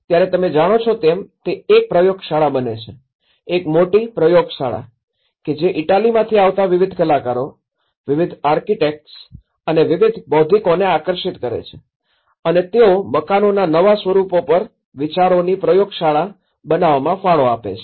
ત્યારે તમે જાણો છો તેમ તે એક પ્રયોગશાળા બને છે એક મોટી પ્રયોગશાળા કે જે ઇટાલીમાંથી આવતા વિવિધ કલાકારો વિવિધ આર્કિટેક્ટ્સ અને વિવિધ બૌદ્ધિકોને આકર્ષિત કરે છે અને તેઓ મકાનોના નવા સ્વરૂપો પર વિચારોની પ્રયોગશાળા બનાવવામાં ફાળો આપે છે